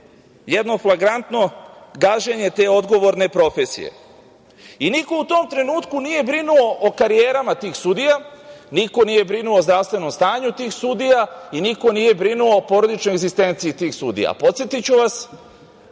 jedno flagrantno gaženje te odgovorne profesije i niko u tom trenutku nije brinuo o karijerama tih sudija, niko nije brinuo o zdravstvenom stanju tih sudija i niko nije brinuo o porodičnoj egzistenciji tih sudija. Podsetiću vas